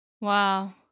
wow